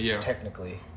technically